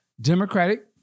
Democratic